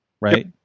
right